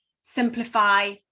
simplify